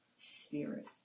Spirit